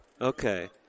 Okay